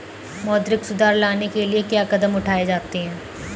मौद्रिक सुधार लाने के लिए क्या कदम उठाए जाते हैं